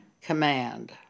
command